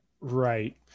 right